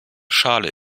schale